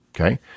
okay